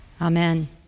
Amen